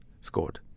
scored